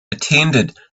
attended